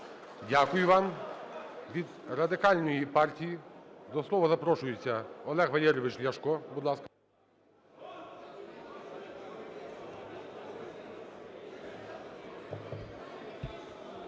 Дякую вам. Від Радикальної партії до слова запрошується Олег Валерійович Ляшко,